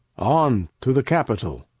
on, to the capitol.